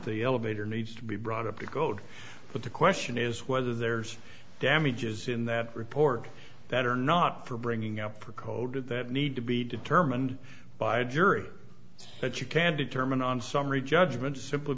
the elevator needs to be brought up to go to but the question is whether there's damages in that report that are not for bringing up or code that need to be determined by a jury that you can determine on summary judgment simply